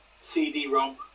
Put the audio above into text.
CD-ROM